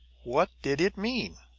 what did it mean?